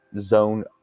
zone